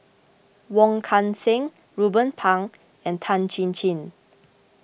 Wong Kan Seng Ruben Pang and Tan Chin Chin